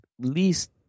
least